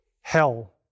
hell